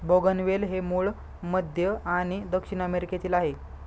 बोगनवेल हे मूळ मध्य आणि दक्षिण अमेरिकेतील आहे